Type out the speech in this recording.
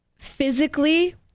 physically